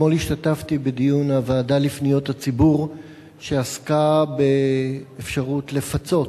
אתמול השתתפתי בדיון בוועדה לפניות הציבור שעסק באפשרות לפצות,